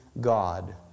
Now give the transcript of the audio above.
God